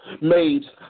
made